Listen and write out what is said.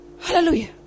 hallelujah